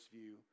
view